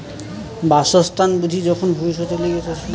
বাসস্থান বুঝি যখন ভব্যিষতের লিগে চাষের ক্ষতি না করে চাষ করাঢু